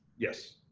yes,